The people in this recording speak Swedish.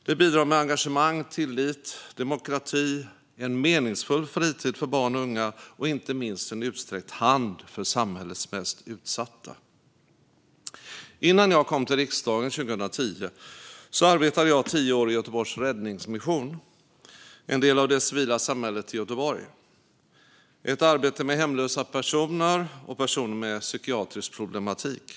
Det bidrar med engagemang, tillit, demokrati, en meningsfull fritid för barn och unga och inte minst en utsträckt hand för samhällets mest utsatta. Innan jag kom till riksdagen 2010 arbetade jag tio år i Räddningsmissionen i Göteborg som är en del av det civila samhället där. Det var ett arbete med hemlösa personer och personer med psykiatrisk problematik.